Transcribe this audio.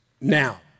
now